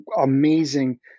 amazing